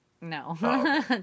No